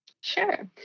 Sure